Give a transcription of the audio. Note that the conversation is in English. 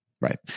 Right